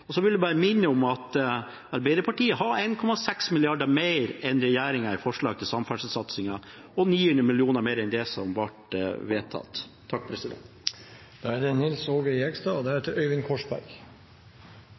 jernbanen. Så vil jeg bare minne om at Arbeiderpartiet hadde 1,6 mrd. kr mer enn regjeringen i forslag til samferdselssatsingen og 900 mill. kr mer enn det som ble vedtatt. Jeg vil først si at det ikke er